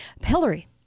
hillary